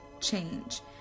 change